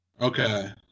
Okay